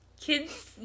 Kids